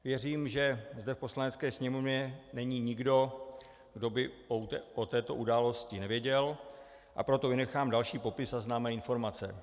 Věřím, že zde v Poslanecké sněmovně není nikdo, kdo by o této události nevěděl, a proto vynechám další popis a známé informace.